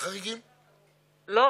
חרדים,